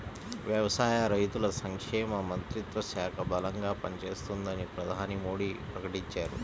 వ్యవసాయ, రైతుల సంక్షేమ మంత్రిత్వ శాఖ బలంగా పనిచేస్తుందని ప్రధాని మోడీ ప్రకటించారు